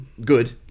good